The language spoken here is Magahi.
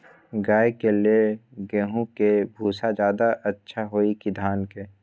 गाय के ले गेंहू के भूसा ज्यादा अच्छा होई की धान के?